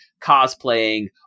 cosplaying